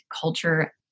Culture